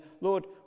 Lord